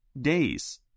days